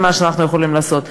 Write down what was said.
זה מה שאנחנו יכולים לעשות.